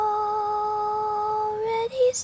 already